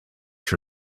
your